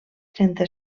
trenta